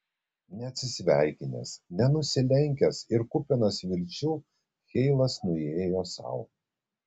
neatsisveikinęs nenusilenkęs ir kupinas vilčių heilas nuėjo sau